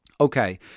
Okay